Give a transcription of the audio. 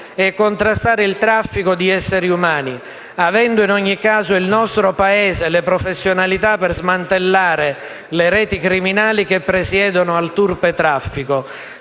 e contrastare il traffico di esseri umani, avendo, in ogni caso, il nostro Paese le professionalità per smantellare le reti criminali che presiedono al turpe traffico.